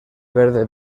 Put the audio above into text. verde